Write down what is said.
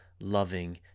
loving